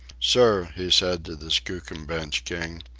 sir, he said to the skookum bench king,